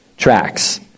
Tracks